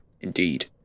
Indeed